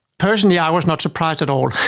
personally i was not surprised at all.